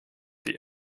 die